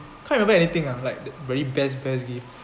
can't remember anything ah like really best best gift